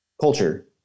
culture